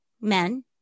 men